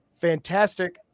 fantastic